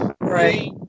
Right